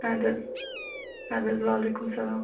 اَدٕ حظ اَدٕ حظ وعلیکُم السَلام